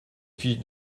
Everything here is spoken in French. fiche